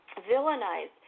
villainized